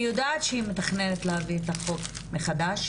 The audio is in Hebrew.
אני יודעת שהיא מתכננת להביא את החוק מחדש,